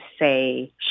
say